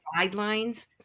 guidelines